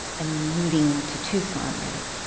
and moving to tucson, right?